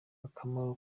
akamaro